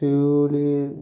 ଶିଉଳି